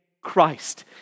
Christ